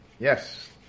Yes